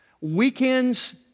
Weekends